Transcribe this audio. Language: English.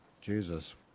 Jesus